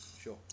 Sure